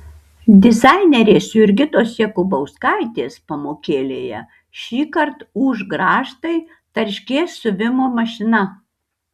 dizainerės jurgitos jakubauskaitės pamokėlėje šįkart ūš grąžtai tarškės siuvimo mašina